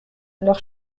leur